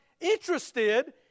interested